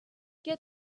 get